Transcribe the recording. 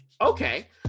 Okay